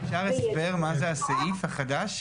אפשר הסבר מה זה הסעיף החדש?